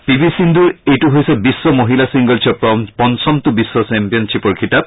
P V সিন্ধুৰ এইটো হৈছে বিশ্ব মহিলা ছিংগলছৰ পঞ্চমটো বিশ্ব চেম্পিয়নশ্বিপৰ খিতাপ